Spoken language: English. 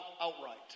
outright